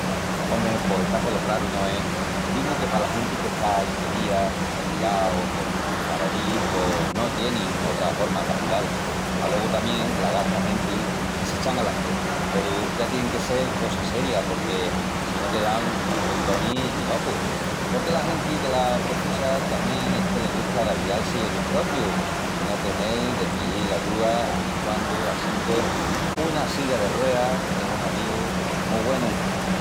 Ome, pos está polo craru, no es? Digu que pala genti qu'está impedía, motilá o con paralís pos no tienin otra horma pa ahilal. Alogu tamién la gasta genti que s'eschanga las piernas, peru ya tien que sel cosa seria porque sino te dan unus pontonis i hopu! Porque la genti que la precisa tamién es que le gusta d'avial-si ellus propius i no tenel de piíl ayúa a caiquandu assinque una silla de rueas es un avíu mu güenu.